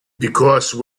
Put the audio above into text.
because